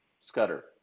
Scudder